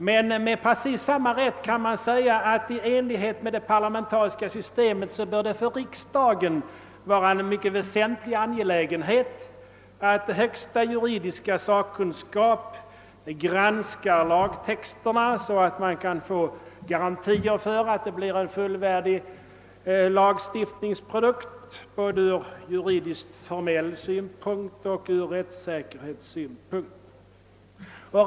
Men med precis samma rätt kan man säga att det i enlighet med det parlamentariska systemet bör vara en mycket väsentlig angelägenhet för riksdagen att högsta juridiska sak kunskap granskar lagtexterna så att därigenom fås garantier för en fullvärdig lagstiftningsprodukt både från juridiskt formell synpunkt och från rättssäkerhetssynpunkt.